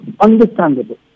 understandable